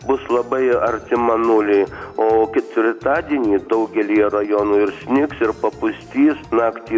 bus labai artima nuliui o ketvirtadienį daugelyje rajonų ir snigs ir papustys naktį